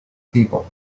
people